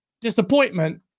disappointment